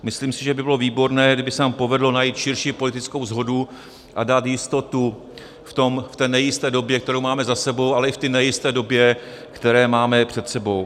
Myslím si, že by bylo výborné, kdyby se nám povedlo najít širší politickou shodu a dát jistotu v tom, v té nejisté době, kterou máme za sebou, ale i v té nejisté době, kterou máme před sebou.